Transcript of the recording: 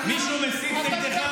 כל ההסתה נגד המגזר